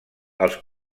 els